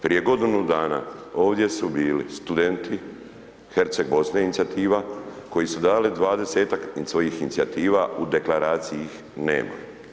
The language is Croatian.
Prije g. dana ovdje su bili studenti Herceg Bosne inicijativa koji su dali 20-tak svojih inicijativa u deklaraciji nema.